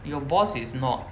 your boss is not